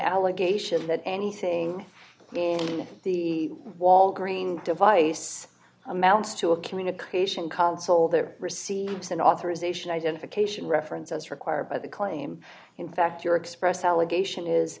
allegation that anything the walgreen device amounts to a communication console there receives an authorization identification reference as required by the claim in fact your express allegation is